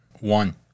One